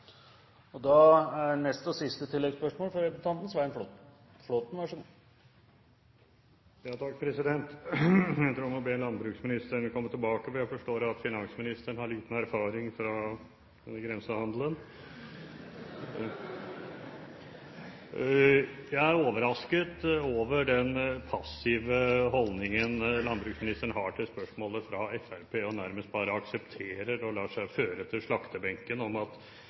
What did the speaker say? Svein Flåtten – til oppfølgingsspørsmål. Jeg tror jeg må be landbruksministeren om å komme tilbake, for jeg forstår at finansministeren har liten erfaring fra grensehandelen. Jeg er overrasket over den passive holdningen landbruksministeren har til spørsmålet fra Fremskrittspartiet, at han nærmest bare aksepterer å la seg føre til slaktebenken med at sånn er dette. Det er ingen tvil om at